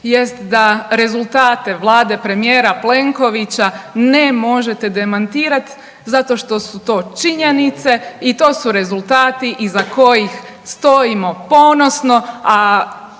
jest da rezultate Vlade premijera Plenkovića ne možete demantirati zato što su to činjenice i to su rezultati iza kojih stojimo ponosno,